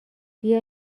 بیا